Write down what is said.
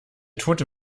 tote